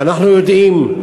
ואנחנו יודעים,